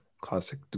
classic